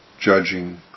judging